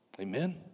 Amen